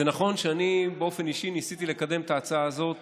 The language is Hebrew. זה נכון שאני באופן אישי ניסיתי לקדם את ההצעה הזאת